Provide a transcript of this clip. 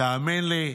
תאמין לי,